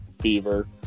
fever